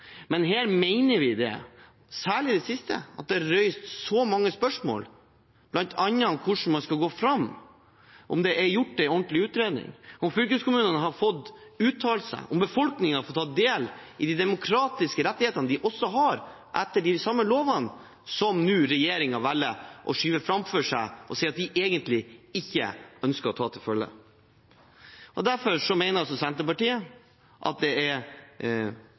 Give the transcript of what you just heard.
men her mener vi at det, særlig i det siste, er reist mange spørsmål, bl.a. om hvordan man skal gå fram, om det er gjort en ordentlig utredning, om fylkeskommunene har fått uttalt seg, og om befolkningen har fått ta del i de demokratiske rettighetene de har etter de samme lovene som regjeringen velger å skyve framfor seg ved å si at de egentlig ikke ønsker å ta dem til følge. Derfor mener Senterpartiet at det er